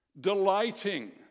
Delighting